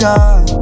God